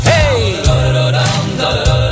Hey